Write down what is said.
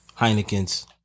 Heineken's